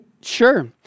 sure